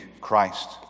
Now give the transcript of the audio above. Christ